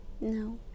No